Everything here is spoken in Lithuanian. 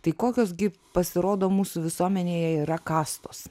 tai kokios gi pasirodo mūsų visuomenėje yra kastos